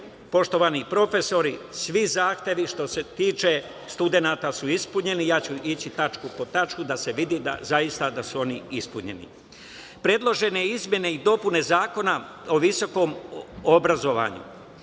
poštovani profesori, svi zahtevi što se tiče studenata su ispunjeni. Ja ću ići tačku po tačku da se vidi da su oni zaista ispunjeni. Predložene izmene i dopune Zakona o visokom obrazovanju,